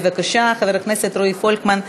בבקשה, חבר הכנסת רועי פולקמן.